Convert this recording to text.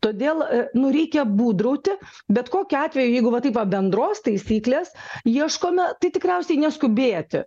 todėl nu reikia būdrauti bet kokiu atveju jeigu va taip va bendros taisyklės ieškome tai tikriausiai neskubėti